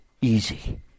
easy